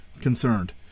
concerned